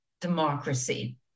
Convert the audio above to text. democracy